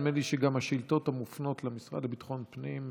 נדמה לי גם שהשאילתות המופנות למשרד לביטחון פנים,